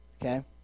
okay